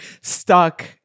stuck